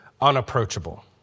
unapproachable